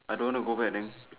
I don't want to go back and then